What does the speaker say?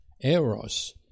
eros